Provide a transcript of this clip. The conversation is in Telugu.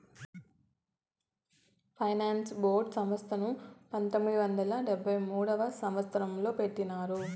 ఫైనాన్స్ బోర్డు సంస్థను పంతొమ్మిది వందల డెబ్భై మూడవ సంవచ్చరంలో పెట్టినారు